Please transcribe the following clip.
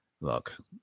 look